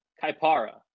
Kaipara